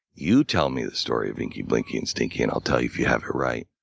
you tell me the story of inky, blinky, and stinky and i'll tell you if you have it right.